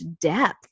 depth